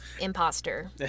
Imposter